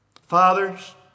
Fathers